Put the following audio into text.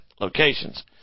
locations